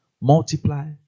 multiply